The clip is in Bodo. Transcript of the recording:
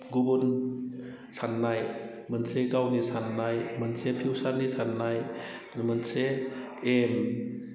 गुबुन साननाय मोनसे गावनि साननाय मोनसे फिउसारनि साननाय मोनसे